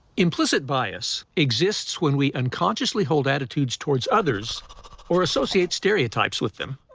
implicit bias exists when we unconsciously hold attitudes towards others or associate stereotypes with them.